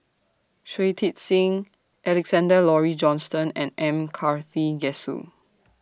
Shui Tit Sing Alexander Laurie Johnston and M Karthigesu